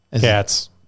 Cats